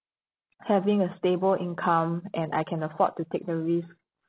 having a stable income and I can afford to take the risk